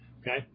Okay